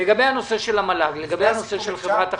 ולגבי הנושא של חברת החשמל.